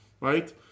Right